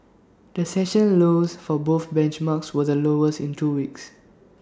the session lows for both benchmarks were the lowest in two weeks